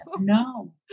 No